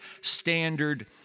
standard